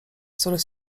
coraz